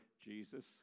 Jesus